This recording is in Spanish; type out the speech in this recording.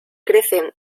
crecen